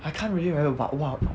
I can't really remember but !wah!